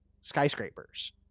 skyscrapers